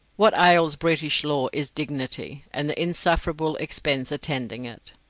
what ails british law is dignity, and the insufferable expense attending it.